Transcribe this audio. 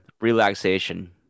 relaxation